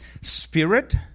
Spirit